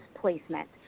placement